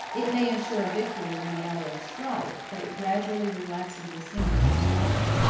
it may ensure a victory in the hour of strife, but it gradually relaxes the sinews of strength.